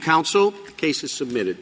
counsel cases submitted